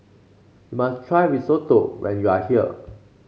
you must try Risotto when you are here